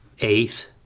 Eighth